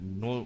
no